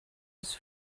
his